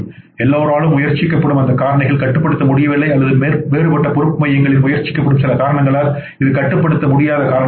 எல்லோராலும் முயற்சிக்கப்பட்டும் அந்தக் காரணிகள் கட்டுப்படுத்த முடியவில்லை அல்லது வேறுபட்ட பொறுப்பு மையங்களில் முயற்சிக்கப்பட்டும் சில காரணங்களால் இது கட்டுப்படுத்த முடியாத காரணியாகும்